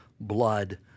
blood